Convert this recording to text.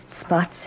spots